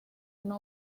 una